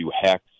hex